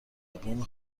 بوم